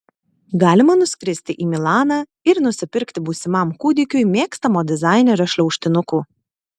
galima nuskristi į milaną ir nusipirkti būsimam kūdikiui mėgstamo dizainerio šliaužtinukų